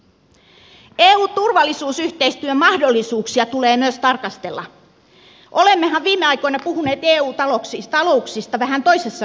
eun turvallisuusyhteistyön mahdollisuuksia tulee myös tarkastella olemmehan viime aikoina puhuneet eu talouksista vähän toisessa näkökulmassa